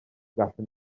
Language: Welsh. gallwn